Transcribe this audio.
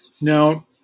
Now